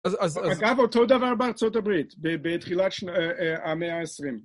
אגב, אותו דבר בארה״ב, בתחילת המאה העשרים